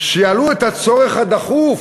שיעלו את הצורך הדחוף